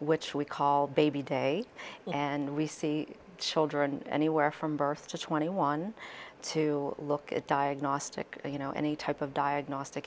which we call baby day and we see children anywhere from birth to twenty one to look at diagnostic you know any type of diagnostic